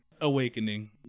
awakening